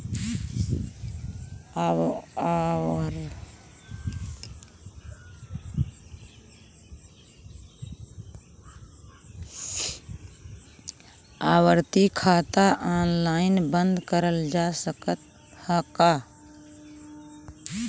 आवर्ती खाता ऑनलाइन बन्द करल जा सकत ह का?